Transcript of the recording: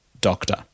doctor